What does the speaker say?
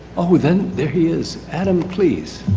oh, then, there he is. adam, please,